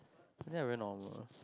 that very normal